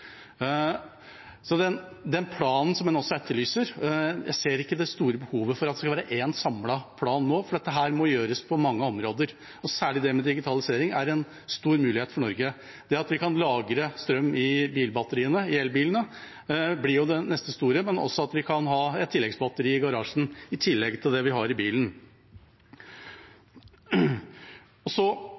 den planen som en etterlyser, ser jeg ikke det store behovet for å ha en samlet plan nå, for dette må gjøres på mange områder, og særlig det med digitalisering er en stor mulighet for Norge. Det at vi kan lagre strøm i bilbatteriene, i elbilene, blir det neste store, men også at vi kan ha batteri i garasjen i tillegg til det vi har i bilen. Så